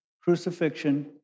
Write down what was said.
crucifixion